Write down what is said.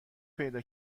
پیدا